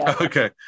Okay